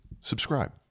subscribe